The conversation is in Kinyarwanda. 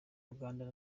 rwanda